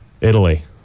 Italy